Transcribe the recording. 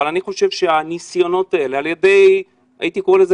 אבל אני חושב שהניסיונות האלה על ידי הייתי קורא לזה